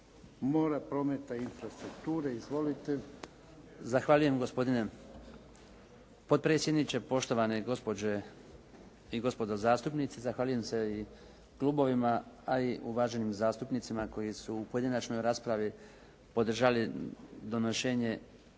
mora, prometa i infrastrukture. Izvolite. **Bačić, Branko (HDZ)** Zahvaljujem gospodine potpredsjedniče. Poštovane gospođe i gospodo zastupnici. Zahvaljujem se i klubovima, a i uvaženim zastupnicima koji su u pojedinačnoj raspravi podržali donošenje